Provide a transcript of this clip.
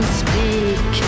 speak